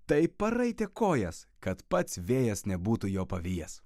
taip paraitė kojas kad pats vėjas nebūtų jo pavijęs